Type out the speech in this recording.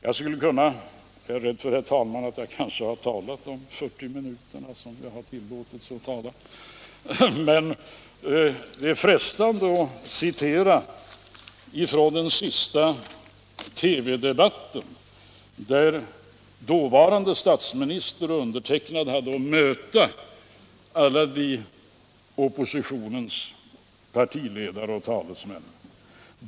Jag är rädd, herr talman, att jag kanske har talat i de 40 minuter som jag har tillåtelse att tala, men det är frestande att citera ur valrörelsens sista TV-debatt, där dåvarande statsministern och jag hade att möta oppositionens alla partiledare och talesmän.